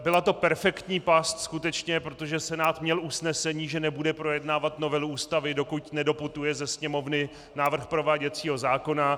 Byla to skutečně perfektní past, protože Senát měl usnesení, že nebude projednávat novelu Ústavy, dokud nedoputuje ze Sněmovny návrh prováděcího zákona.